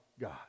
God